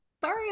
Sorry